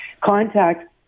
contact